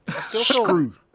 Screw